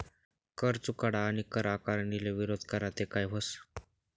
कर चुकाडा आणि कर आकारणीले विरोध करा ते काय व्हस